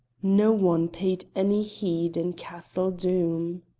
no one paid any heed in castle doom.